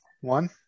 One